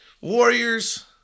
Warriors